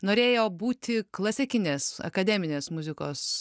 norėjo būti klasikinės akademinės muzikos